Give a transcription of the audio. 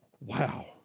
Wow